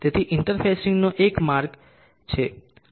તેથી ઇન્ટરફેસિંગનો આ એક માર્ગ છે